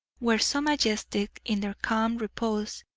were so majestic in their calm repose,